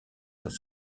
dans